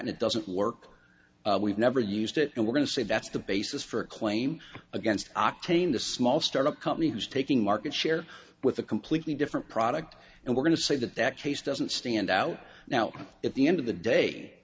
nt doesn't work we've never used it and we're going to say that's the basis for a claim against octane the small startup company who's taking market share with a completely different product and we're going to say that that case doesn't stand out now at the end of the day